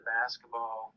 basketball